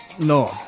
no